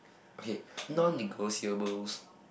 okay non negotiables